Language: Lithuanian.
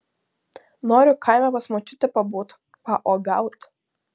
noriu kaime pas močiutę pabūt pauogaut